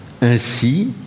ainsi